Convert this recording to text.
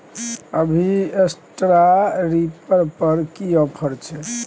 अभी straw reaper पर की ऑफर छै?